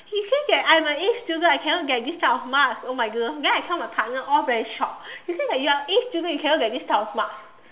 he say that I'm a A student I cannot get this type of marks oh my goodness then I tell my partner all very shocked he say that you're an A student you cannot get this type of marks